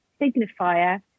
signifier